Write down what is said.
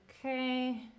Okay